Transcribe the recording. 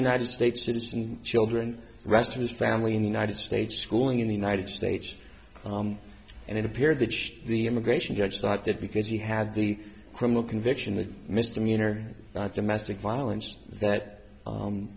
united states citizen children rest of his family in the united states schooling in the united states and it appear that the immigration judges like that because he had the criminal conviction a misdemeanor domestic violence that